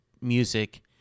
music